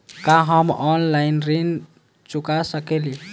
का हम ऑनलाइन ऋण चुका सके ली?